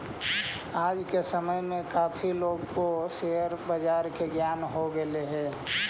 आज के समय में काफी लोगों को शेयर बाजार का ज्ञान हो गेलई हे